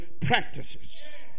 practices